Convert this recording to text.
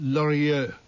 Laurier